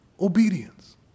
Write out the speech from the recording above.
obedience